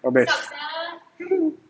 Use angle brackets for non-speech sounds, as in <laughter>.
ah best <laughs>